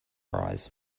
eyes